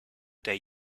der